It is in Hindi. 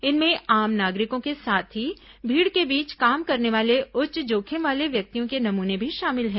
इनमें आम नागरिकों के साथ ही भीड़ के बीच काम करने वाले उच्च जोखिम वाले व्यक्तियों के नमूने भी शामिल हैं